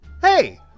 Hey